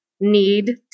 need